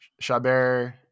Chabert